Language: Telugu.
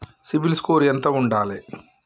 సిబిల్ స్కోరు ఎంత ఉండాలే?